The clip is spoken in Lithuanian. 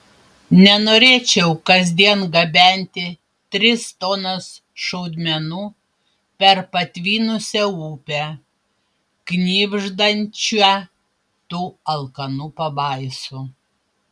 nenorėčiau kasdien gabenti tris tonas šaudmenų per patvinusią upę knibždančią tų alkanų pabaisų